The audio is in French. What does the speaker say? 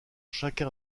chacun